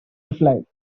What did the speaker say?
replied